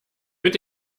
mit